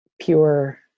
pure